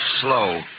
slow